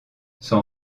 son